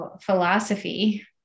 philosophy